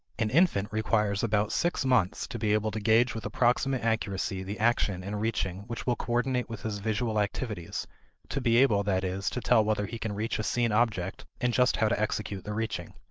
an infant requires about six months to be able to gauge with approximate accuracy the action in reaching which will coordinate with his visual activities to be able, that is, to tell whether he can reach a seen object and just how to execute the reaching.